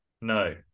No